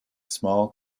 small